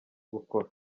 gukora